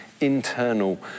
internal